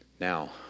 now